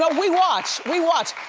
but we watch, we watch.